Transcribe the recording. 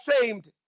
ashamed